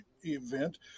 event